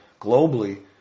globally